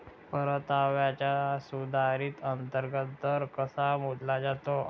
परताव्याचा सुधारित अंतर्गत दर कसा मोजला जातो?